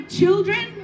children